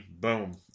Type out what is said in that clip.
boom